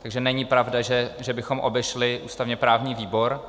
Takže není pravda, že bychom obešli ústavněprávní výbor.